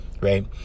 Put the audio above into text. right